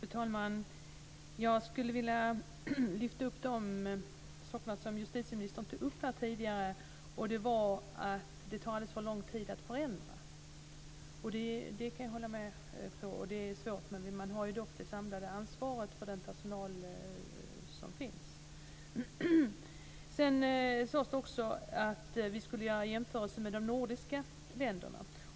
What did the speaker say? Fru talman! Jag skulle vilja lyfta upp de saker som justitieministern tog upp här tidigare, bl.a. att det tar alldeles för lång tid att förändra. Jag kan hålla med om det; det är svårt. Man har dock det samlade ansvaret för den personal som finns. Sedan sades det att vi skulle göra jämförelser med de nordiska länderna.